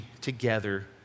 together